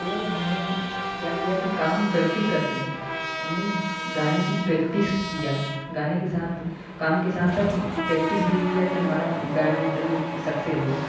तो हमने क्या किया कि काम करते करते हमने गाने की प्रैक्टिस किया गाने के साथ साथ काम के साथ साथ प्रैक्टिस भी किया कि हमारा गाना मतलब सक्सेस हो